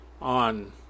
on